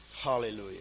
Hallelujah